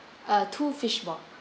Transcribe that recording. err two fishballs